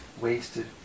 wasted